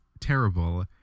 terrible